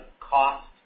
cost